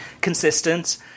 consistent